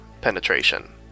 penetration